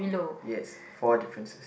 yes four differences